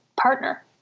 partner